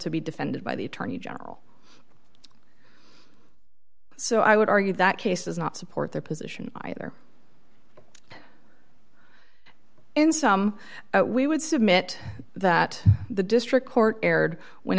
to be defended by the attorney general so i would argue that case does not support their position either in some we would submit that the district court erred when